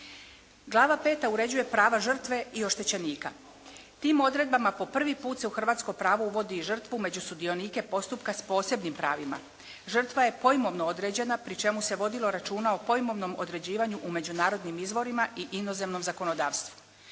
Glava peta uređuje prava žrtve i oštećenika. Tim odredbama po prvi put se u hrvatsko pravo uvodi i žrtvu među sudionike postupka s posebnim pravima. Žrtva je pojmovno određena pri čemu se vodilo računa o pojmovnom određivanju u međunarodnim izvorima i inozemnom zakonodavstvu.